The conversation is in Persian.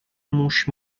موش